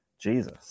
jesus